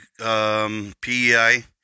PEI